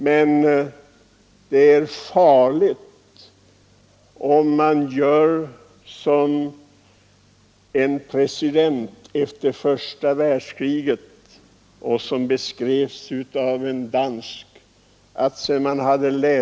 Men det är farligt om man gör som en president någon gång efter första världskriget såsom det har beskrivits av en dansk författare.